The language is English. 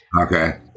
Okay